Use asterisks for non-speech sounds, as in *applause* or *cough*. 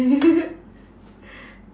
*laughs*